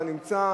אתה נמצא,